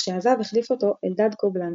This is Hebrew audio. וכשעזב החליף אותו אלדד קובלנץ.